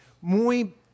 muy